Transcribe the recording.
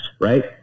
Right